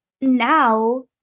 now